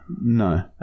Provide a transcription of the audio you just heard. No